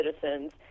citizens